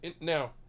now